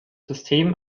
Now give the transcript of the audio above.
system